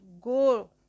go